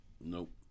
Nope